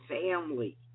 family